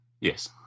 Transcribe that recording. Yes